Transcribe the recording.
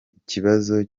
ikibazo